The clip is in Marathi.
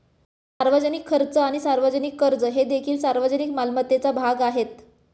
सार्वजनिक खर्च आणि सार्वजनिक कर्ज हे देखील सार्वजनिक मालमत्तेचा भाग आहेत